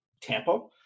Tampa